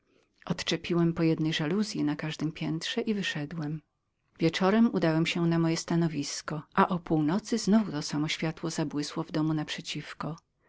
odczepiłem po jednej żaluzyi na każdem piętrze i wyszedłem wieczorem udałem się na moje stanowisko i o północy znowu to samo światło zabłysło w domu